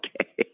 okay